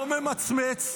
לא ממצמץ,